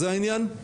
זה העניין?